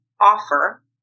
offer